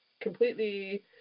completely